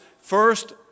first